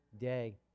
day